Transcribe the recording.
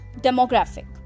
demographic